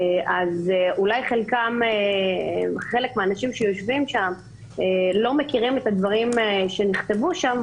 אז אולי חלק מהאנשים שיושבים שם לא מכירים את הדברים שנכתבו שם,